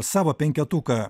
savo penketuką